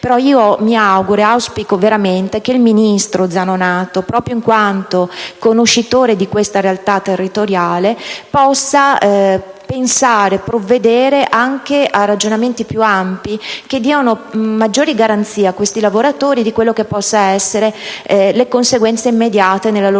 occasioni. Auspico veramente che il ministro Zanonato, proprio in quanto conoscitore di questa realtà territoriale, possa pensare e provvedere anche a ragionamenti più ampi che diano maggiori garanzie a questi lavoratori di quelle che possono essere le conseguenze immediate nella loro vita